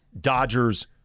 Dodgers